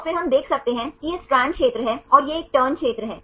और फिर हम देख सकते हैं कि यह स्ट्रैंड क्षेत्र है और यह एक टर्न क्षेत्र है